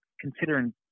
considering